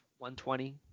120